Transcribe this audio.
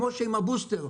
כמו שעם הבוסטר,